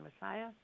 Messiah